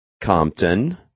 Compton